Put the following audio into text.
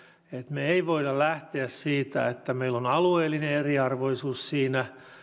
me emme voi lähteä siitä että meillä on alueellinen eriarvoisuus siinä